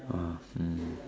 !wah! mm